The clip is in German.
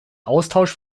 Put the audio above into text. austausch